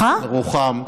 על רוחם.